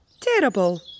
Terrible